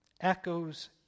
echoes